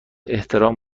احترام